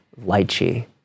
lychee